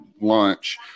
lunch